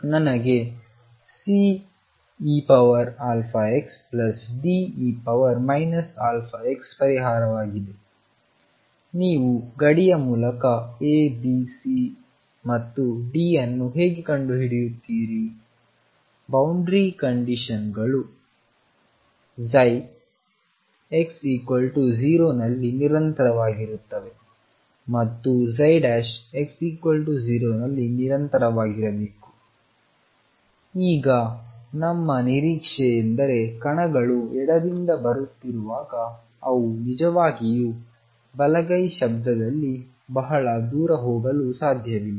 ನನಗೆ CeαxD e αx ಪರಿಹಾರವಾಗಿದೆ ನೀವು ಗಡಿಯ ಮೂಲಕ A B C ಮತ್ತು D ಅನ್ನು ಹೇಗೆ ಕಂಡುಹಿಡಿಯುತ್ತೀರಿ ಬೌಂಡರಿ ಕಂಡೀಶನ್ಗಳು x 0 ನಲ್ಲಿ ನಿರಂತರವಾಗಿರುತ್ತವೆ ಮತ್ತು x 0 ನಲ್ಲಿ ನಿರಂತರವಾಗಿರಬೇಕು ಈಗ ನಮ್ಮ ನಿರೀಕ್ಷೆ ಎಂದರೆ ಕಣಗಳು ಎಡದಿಂದ ಬರುತ್ತಿರುವಾಗ ಅವು ನಿಜವಾಗಿಯೂ ಬಲಗೈ ಶಬ್ದದಲ್ಲಿ ಬಹಳ ದೂರ ಹೋಗಲು ಸಾಧ್ಯವಿಲ್ಲ